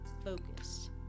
Focus